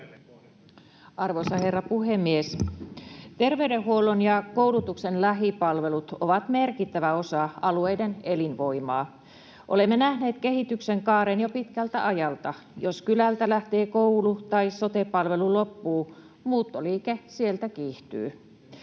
Arvoisa herra puhemies! Terveydenhuollon ja koulutuksen lähipalvelut ovat merkittävä osa alueiden elinvoimaa. Olemme nähneet kehityksen kaaren jo pitkältä ajalta. Jos kylältä lähtee koulu tai sote-palvelu loppuu, muuttoliike sieltä kiihtyy.